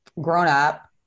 grown-up